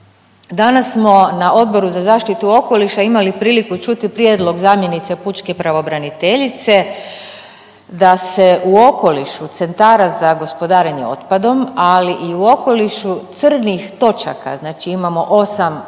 Danas smo na Odbor za zaštitu okoliša imali priliku čuti prijedlog zamjenice pučke pravobraniteljice da se u okolišu centara za gospodarenje otpadom, ali i okolišu crnih točaka, znači imamo 8